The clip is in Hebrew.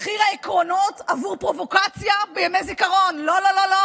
תדעו שכאן הוא חרש צנח / וקול הנפילה מעולם לא נשמע / בגלל החול